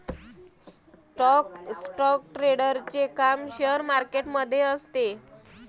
stock ट्रेडरचे काम share market मध्ये असते